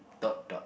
dot dot